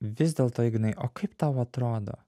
vis dėlto ignai o kaip tau atrodo